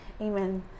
Amen